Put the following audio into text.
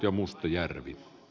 arvoisa puhemies